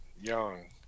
young